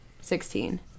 sixteen